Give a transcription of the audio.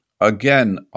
Again